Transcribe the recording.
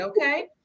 okay